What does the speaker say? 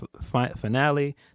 finale